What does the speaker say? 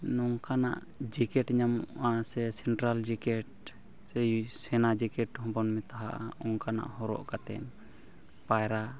ᱱᱚᱝᱠᱟᱱᱟᱜ ᱡᱚᱠᱮᱴ ᱧᱟᱢᱚᱜᱼᱟ ᱥᱮ ᱥᱮᱱᱴᱨᱟᱞ ᱡᱮᱠᱮᱴ ᱥᱮ ᱤᱭᱩᱡᱽ ᱥᱮᱱᱟ ᱡᱮᱠᱮᱴ ᱦᱚᱸᱵᱚᱱ ᱢᱮᱛᱟᱜᱼᱟ ᱚᱱᱠᱟᱱᱟᱜ ᱦᱚᱨᱚᱜ ᱠᱟᱛᱮᱫ ᱯᱟᱭᱨᱟ